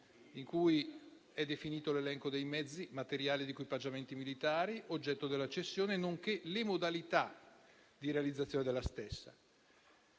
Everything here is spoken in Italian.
in cui sono definiti l'elenco di mezzi, materiali ed equipaggiamenti militari oggetto della cessione, nonché le sue modalità di realizzazione. Vale